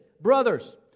brothers